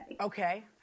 Okay